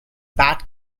bat